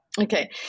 Okay